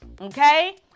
okay